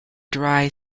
dry